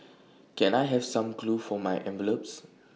can I have some glue for my envelopes